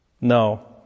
No